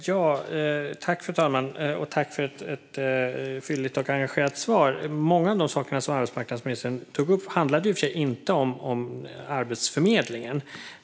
Fru talman! Jag tackar för ett fylligt och engagerat svar. Många av de saker som arbetsmarknadsministern tog upp handlade i och för sig inte om Arbetsförmedlingen.